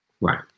Right